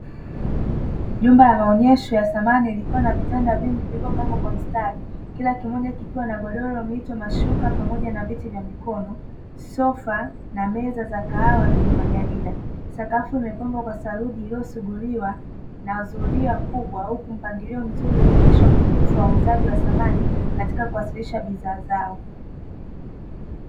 Jumba la maonyesho ya samani likiwa na vitanda vingi vilivyopangwa kwa mstari kila kimoja kikiwa na: godoro, mito, mashuka pamoja na viti vya mikono, sofa na meza za kahawa zenye majarida. Sakafu imepambwa kwa saruji iliyosuguliwa na zulia kubwa, huku mpangilio mzuri ukionyesha ubunifu wa uuzaji wa samani katika kuonyesha bidhaa zao.